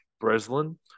Breslin